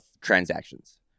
transactions